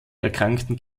erkrankten